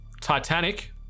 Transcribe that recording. titanic